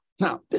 Now